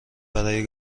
برای